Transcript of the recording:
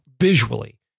visually